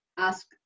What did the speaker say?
ask